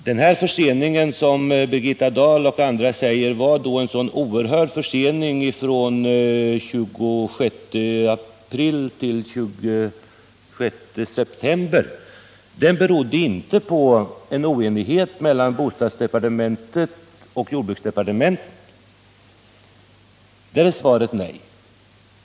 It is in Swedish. Den försening som Birgitta Dahl och andra säger var så oerhörd — från den 26 april till den 26 september — berodde inte på oenighet mellan bostadsdepartementet och jordbruksdepartementet. Där är svaret nej.